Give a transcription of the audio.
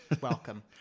Welcome